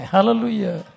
Hallelujah